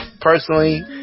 personally